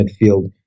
midfield